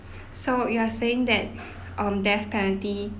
so you are saying that um death penalty